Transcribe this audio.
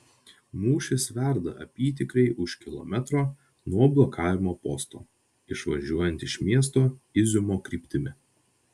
mūšis verda apytikriai už kilometro nuo blokavimo posto išvažiuojant iš miesto iziumo kryptimi